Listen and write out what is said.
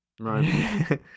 Right